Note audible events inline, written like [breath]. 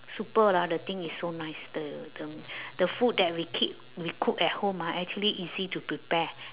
super lah the thing is so nice the the [breath] the food that we keep we cook at home ah actually easy to prepare